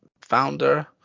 Founder